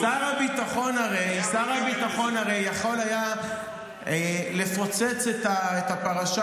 שר הביטחון הרי יכול היה לפוצץ את הפרשה